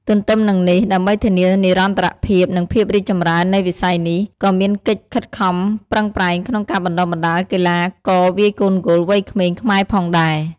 ទទ្ទឹមនឹងនេះ ដើម្បីធានានិរន្តរភាព និងភាពរីកចម្រើននៃវិស័យនេះ ក៏មានកិច្ចខិតខំប្រឹងប្រែងក្នុងការបណ្ដុះបណ្ដាលកីឡាករវាយកូនហ្គោលវ័យក្មេងខ្មែរផងដែរ។